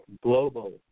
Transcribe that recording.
global